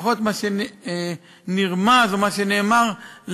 לפחות מה שנרמז או מה שנאמר לנו,